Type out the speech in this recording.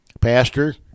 Pastor